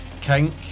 Kink